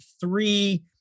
three